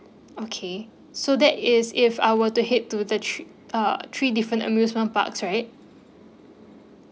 okay so that is if I were to head to the three uh three different amusement parks right